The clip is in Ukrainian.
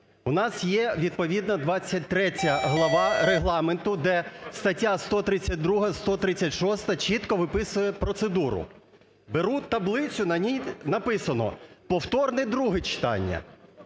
У нас є відповідно 23 глава Регламенту, де стаття 132-а, 136-а чітко виписує процедура. Беру таблицю, на ній написано: "повторне друге читання".